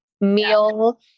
meal